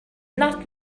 not